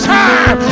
time